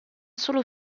solo